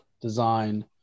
design